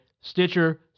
Stitcher